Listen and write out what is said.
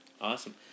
awesome